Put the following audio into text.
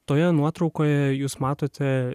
toje nuotraukoje jūs matote